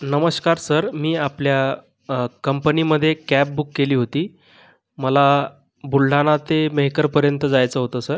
नमस्कार सर मी आपल्या कंपनीमध्ये कॅब बुक केली होती मला बुलढाणा ते मेहकरपर्यंत जायचं होतं सर